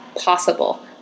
possible